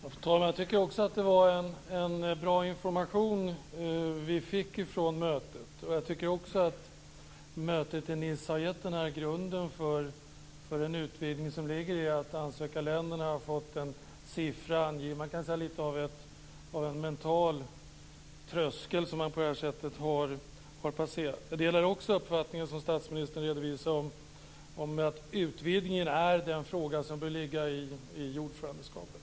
Fru talman! Det var en bra information som vi fick från mötet. Jag tycker också att mötet i Nice har gett den grund för en utvidgning som ligger i att ansökarländerna har fått en siffra angiven. Det är lite av en mental tröskel som man på det här sättet har passerat. Vidare delar jag den uppfattning som statsministern redovisade om att utvidgningen är den fråga som bör ligga i ordförandeskapet.